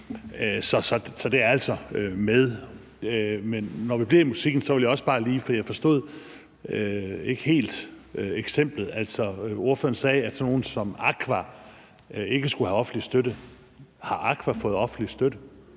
Så det er altså med. Men hvis vi skal blive ved det med musikken, vil jeg også lige sige, at jeg ikke helt forstod eksemplet. Altså, ordføreren sagde, at sådan nogle som Aqua ikke skulle have offentlig støtte. Har Aqua fået offentlig støtte?